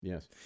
Yes